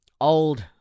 old